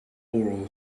oral